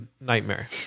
nightmare